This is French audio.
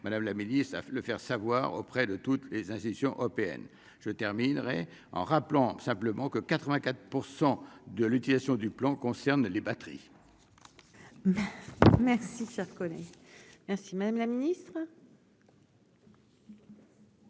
madame la milice à le faire savoir auprès de toutes les institutions européennes, je terminerai en rappelant simplement que 84 % de l'utilisation du plan concerne les batteries. Merci ça ainsi : Madame la Ministre.